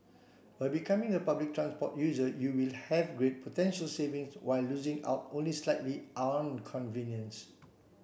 by becoming a public transport user you will have great potential savings while losing out only slightly on convenience